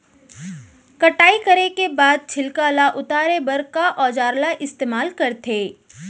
कटाई करे के बाद छिलका ल उतारे बर का औजार ल इस्तेमाल करथे?